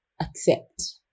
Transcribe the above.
accept